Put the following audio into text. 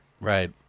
Right